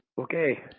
Okay